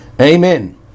Amen